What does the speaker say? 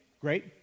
Great